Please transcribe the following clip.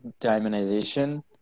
diamondization